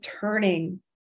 turning